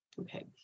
Okay